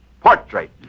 Portrait